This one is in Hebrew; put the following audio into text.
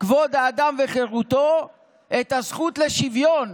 כבוד האדם וחירותו את הזכות לשוויון